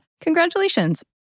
congratulations